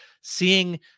seeing